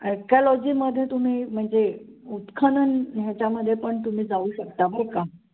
ॲरकॅलॉजीमध्ये तुम्ही म्हणजे उत्खनन ह्याच्यामध्ये पण तुम्ही जाऊ शकता बरं का